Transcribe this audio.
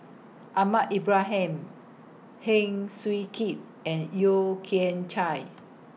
Ahmad Ibrahim Heng Swee Keat and Yeo Kian Chai